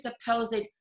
supposed